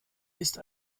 ist